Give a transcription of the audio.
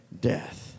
death